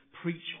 preach